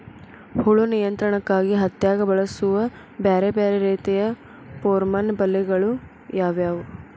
ಹುಳು ನಿಯಂತ್ರಣಕ್ಕಾಗಿ ಹತ್ತ್ಯಾಗ್ ಬಳಸುವ ಬ್ಯಾರೆ ಬ್ಯಾರೆ ರೇತಿಯ ಪೋರ್ಮನ್ ಬಲೆಗಳು ಯಾವ್ಯಾವ್?